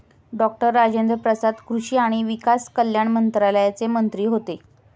doctor Rajendra Prasad कृषी आणि किसान कल्याण मंत्रालयाचे मंत्री होते